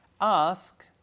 Ask